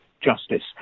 justice